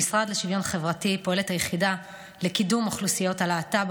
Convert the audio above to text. במשרד לשוויון חברתי פועלת היחידה לקידום אוכלוסיות הלהט"ב,